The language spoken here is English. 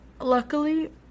luckily